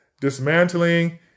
dismantling